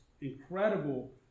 incredible